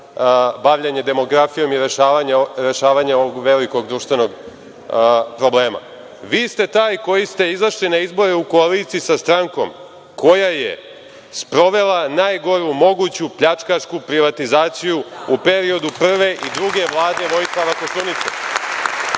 bavljenje demografijom i rešavanje ovog velikog društvenog problema. Vi ste taj koji ste izašli na izbore u koaliciji sa strankom koja je sprovela najgoru moguću pljačkašku privatizaciju u periodu prve i druge vlade Vojislava Koštunice.